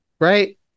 Right